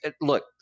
look